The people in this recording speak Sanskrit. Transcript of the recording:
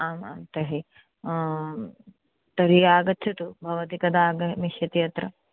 आमां तर्हि तर्हि आगच्छतु भवती कदा आगमिष्यति अत्र